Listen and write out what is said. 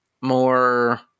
more